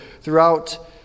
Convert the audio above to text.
throughout